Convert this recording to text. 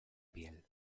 piel